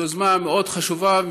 זאת יוזמה מאוד חשובה.